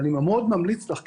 אני מאוד ממליץ לך,